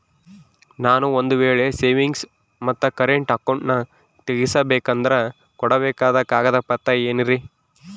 ನಾನು ಒಂದು ವೇಳೆ ಸೇವಿಂಗ್ಸ್ ಮತ್ತ ಕರೆಂಟ್ ಅಕೌಂಟನ್ನ ತೆಗಿಸಬೇಕಂದರ ಕೊಡಬೇಕಾದ ಕಾಗದ ಪತ್ರ ಏನ್ರಿ?